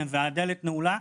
הדלת נעולה,